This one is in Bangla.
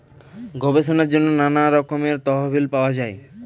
গবেষণার জন্য নানা রকমের তহবিল পাওয়া যায়